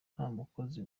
ntamukozi